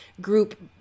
group